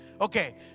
Okay